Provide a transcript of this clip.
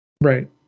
Right